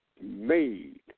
made